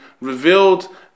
revealed